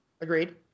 Agreed